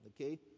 Okay